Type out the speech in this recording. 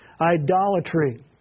idolatry